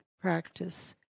practice